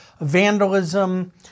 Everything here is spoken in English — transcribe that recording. vandalism